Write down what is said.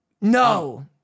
No